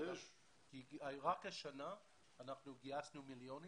רק השנה גייסנו מיליונים